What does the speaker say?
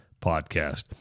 podcast